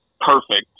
perfect